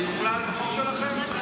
זה יוכלל בחוק שלכם?